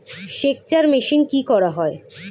সেকচার মেশিন কি করা হয়?